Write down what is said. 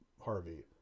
Harvey